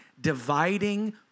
dividing